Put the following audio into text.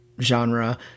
genre